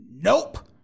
nope